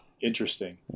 interesting